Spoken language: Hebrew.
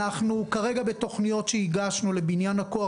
אנחנו כרגע בתוכניות שהגשנו לבניין הכוח,